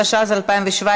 התשע"ז 2017,